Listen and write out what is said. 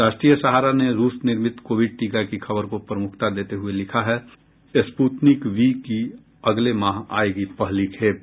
राष्ट्रीय सहारा ने रूस निर्मित कोविड टीका की खबर को प्रमुखता देते हुये लिखा है स्प्रतनिक वी की अगले माह आएगी पहली खेप